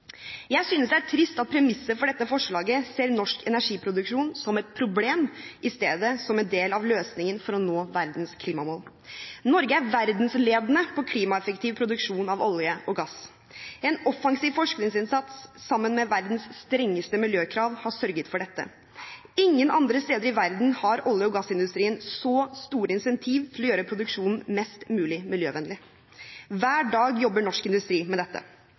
Jeg synes det er trist at premisset for dette forslaget er at man ser norsk energiproduksjon som et problem, i stedet for en del av løsningen for å nå verdens klimamål. Norge er verdensledende på klimaeffektiv produksjon av olje og gass. En offensiv forskningsinnsats, sammen med verdens strengeste miljøkrav, har sørget for dette. Ingen andre steder i verden har olje- og glassindustrien så store incentiv til å gjøre produksjonen mest mulig miljøvennlig. Hver dag jobber norsk industri med dette.